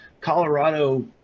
Colorado